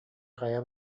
хайа